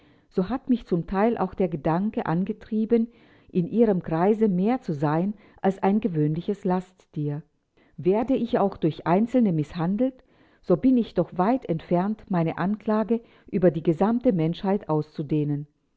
so hat mich zum teil auch der gedanke angetrieben in ihrem kreise mehr zu sein als ein gewöhnliches lasttier werde ich auch durch einzelne mißhandelt so bin ich doch weit entfernt meine anklage über die gesamte menschheit auszudehnen